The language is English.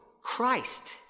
Christ